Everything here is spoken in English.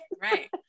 Right